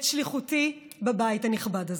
את שליחותי בבית הנכבד הזה,